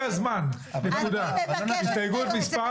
הסתייגות מס'